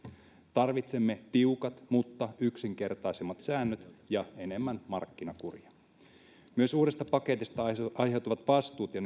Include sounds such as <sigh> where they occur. tarvitsemme tiukat mutta yksinkertaisemmat säännöt ja enemmän markkinakuria myöskään uudesta paketista aiheutuvat vastuut ja <unintelligible>